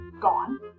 gone